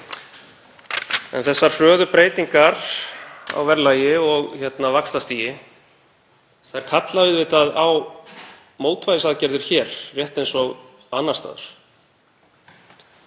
Þessar hröðu breytingar á verðlagi og vaxtastigi kalla á mótvægisaðgerðir hér rétt eins og annars staðar.